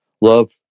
love